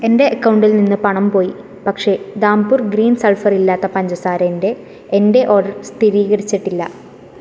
എന്റെ അക്കൗണ്ടിൽ നിന്ന് പണം പോയി പക്ഷേ ധാംപൂർ ഗ്രീൻ സൾഫർ ഇല്ലാത്ത പഞ്ചസാരൻ്റെ എൻ്റെ ഓർഡർ സ്ഥിരീകരിച്ചിട്ടില്ല